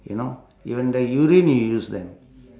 you know even their urine you use them